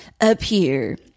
appear